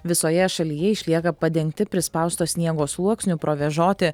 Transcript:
visoje šalyje išlieka padengti prispausto sniego sluoksniu provėžoti